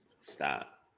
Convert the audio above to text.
Stop